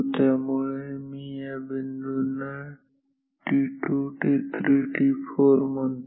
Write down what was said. त्यामुळे मी या बिंदू ना t2 t3 t4 म्हणतो